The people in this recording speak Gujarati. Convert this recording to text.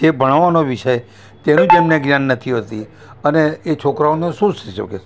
જે ભણાવાનો વિષય તેનું જ એમને જ્ઞાન નથી હોતી અને એ છોકરાઓને શું શીખવશે